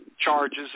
charges